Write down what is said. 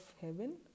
heaven